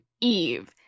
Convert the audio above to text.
Eve